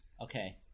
Okay